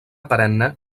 perenne